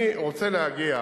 שלא אובחנו עדיין,